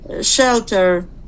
shelter